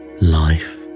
life